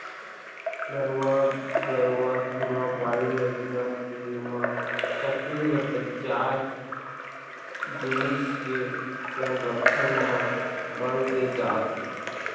नरूवा, गरूवा, घुरूवा, बाड़ी योजना के म छत्तीसगढ़ के चार जिनिस के संरक्छन म बल दे जात हे